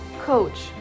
coach